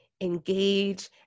engage